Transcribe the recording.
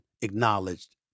acknowledged